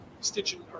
stitching